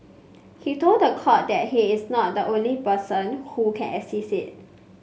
he told the court that he is not the only person who can assist